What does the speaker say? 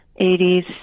80s